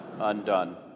undone